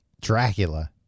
Dracula